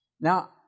Now